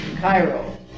Cairo